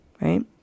right